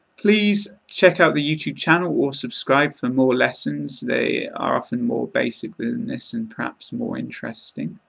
please check out the youtube channel or subscribe for more lessons. they are often more basic than this and perhaps more interesting.